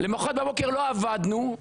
למחרת בבוקר לא עבדנו,